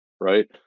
right